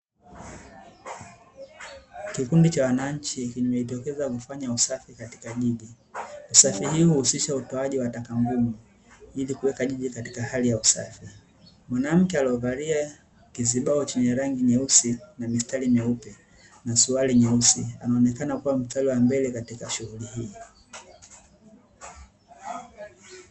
Kikundi cha wananchi kimejitokeza kufanya usafi katika jiji, usafi huu uhusisha utoaji wa taka ngumu ili kuweka jiji katika hali ya usafi, mwanamke alovalia kizibao chenye rangi nyeusi na mistari meupe na suruali nyeusi anaonekana kuwa mstari wa mbele katika shughuli hii.